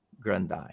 Grandi